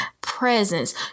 presence